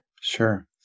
Sure